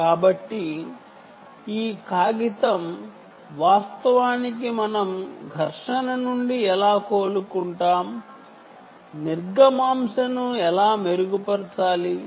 కాబట్టి ఈ పేపర్ వాస్తవానికి మనం ఢీకొనడం నుండి ఎలా కోలుకుంటాం త్తృపుట్ ని ఎలా మెరుగుపరచాలి